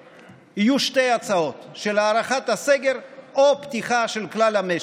שיהיו שתי הצעות: הארכת הסגר או פתיחה של כלל המשק.